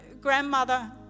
grandmother